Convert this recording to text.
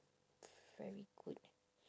very good